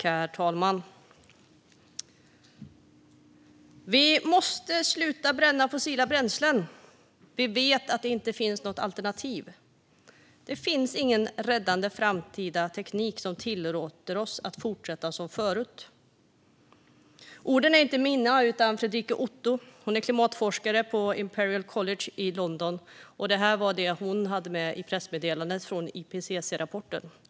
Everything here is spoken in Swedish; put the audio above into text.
Herr talman! Vi måste sluta bränna fossila bränslen. Vi vet att det inte finns något alternativ. Det finns ingen räddande framtida teknik som tillåter oss att fortsätta som förut. Orden är inte mina utan Friederike Ottos. Hon är klimatforskare på Imperial College i London, och detta var det hon hade med i pressmeddelandet angående IPCC-rapporten.